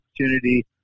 opportunity